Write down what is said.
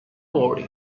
body